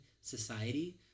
society